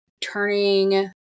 turning